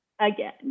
Again